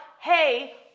hey